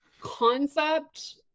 concept